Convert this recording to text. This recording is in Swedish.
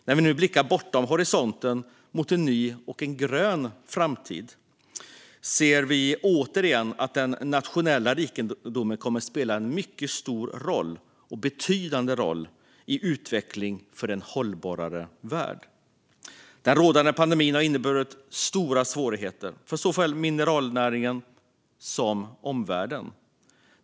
När vi nu blickar bortom horisonten mot en ny och grön framtid ser vi återigen att den nationella rikedomen kommer att spela en mycket stor och betydande roll i utvecklingen av en mer hållbar värld. Den rådande pandemin har inneburit stora svårigheter för såväl mineralnäringen som omvärlden.